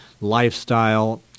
lifestyle